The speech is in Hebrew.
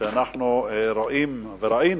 ראינו